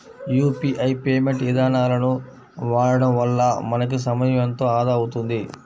UPI payment ఇదానాలను వాడడం వల్ల మనకి సమయం ఎంతో ఆదా అవుతుంది